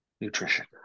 nutrition